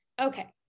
Okay